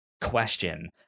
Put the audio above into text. question